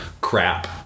crap